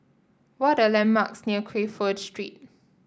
what are the landmarks near Crawford Street